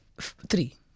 Three